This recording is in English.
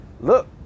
Look